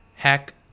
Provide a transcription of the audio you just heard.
Hack